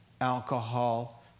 alcohol